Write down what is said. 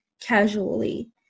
casually